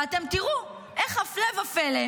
ואתם תראו איך הפלא ופלא,